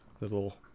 Little